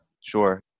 Sure